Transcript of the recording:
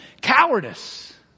cowardice